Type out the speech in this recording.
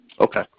Okay